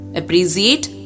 appreciate